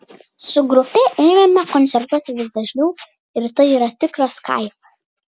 su grupe ėmėme koncertuoti vis dažniau ir tai yra tikras kaifas